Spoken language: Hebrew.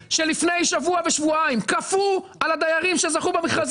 אנשים שלפני שבוע ושבועיים כפו על הדיירים שזכו במכרזים